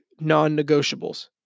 non-negotiables